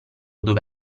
dove